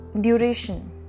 duration